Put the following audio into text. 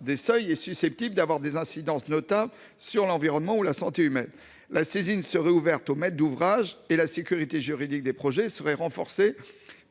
des seuils est susceptible d'avoir des incidences notables sur l'environnement ou sur la santé humaine. La saisine serait ouverte au maître d'ouvrage. La sécurité juridique des projets serait renforcée,